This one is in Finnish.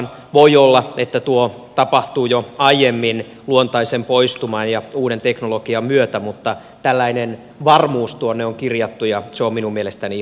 voi olla että tuo tapahtuu jo aiemmin luontaisen poistuman ja uuden teknologian myötä mutta tällainen varmuus tuonne on kirjattu ja se on minun mielestäni ihan hyvä